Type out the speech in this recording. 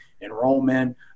enrollment